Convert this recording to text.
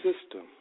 system